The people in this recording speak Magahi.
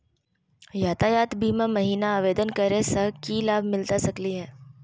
यातायात बीमा महिना आवेदन करै स की लाभ मिलता सकली हे?